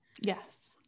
yes